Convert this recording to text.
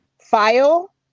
file